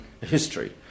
history